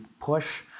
push